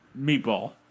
Meatball